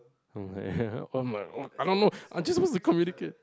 I don't know I just want to communicate